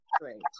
Great